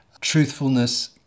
truthfulness